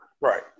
right